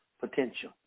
potential